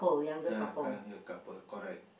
ya younger couple correct